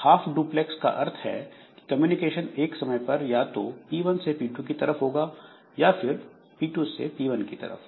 half duplex का अर्थ है कि कम्युनिकेशन एक समय पर या तो P1 से P2 की तरह होगा या फिर P2 से P1 की तरफ